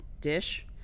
dish